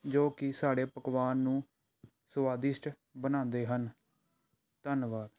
ਜੋ ਕਿ ਸਾਡੇ ਪਕਵਾਨ ਨੂੰ ਸੁਆਦਿਸ਼ਟ ਬਣਾਉਂਦੇ ਹਨ ਧੰਨਵਾਦ